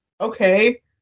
okay